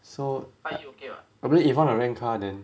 so I probably if want to rent car then